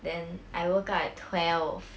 then I woke up at twelve